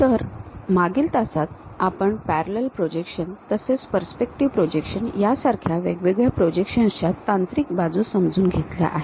तर मागील तासात आपण पॅरलल प्रोजेक्शन तसेच पर्स्पेक्टिव्ह प्रोजेक्शन या सारख्या वेगवेगळ्या प्रोजेक्शन्स च्या तांत्रिक बाजू समजून घेतल्या आहेत